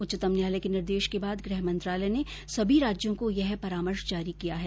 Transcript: उच्च्तम न्यायालय के निर्देश के बाद गृह मंत्रालय ने सभी राज्यों को यह परामर्श जारी किया है